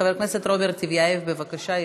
חבר הכנסת רוברט טיבייב, בבקשה.